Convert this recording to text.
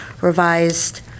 revised